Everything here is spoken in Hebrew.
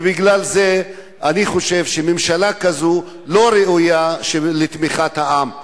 בגלל זה אני חושב שממשלה כזאת לא ראויה לתמיכת העם.